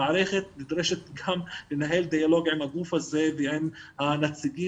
המערכת נדרשת גם לנהל דיאלוג עם הגוף הזה ועם הנציגים